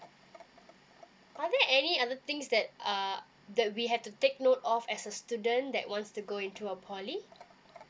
are there any other things that uh that we have to take note of as a student that wants to go into a poly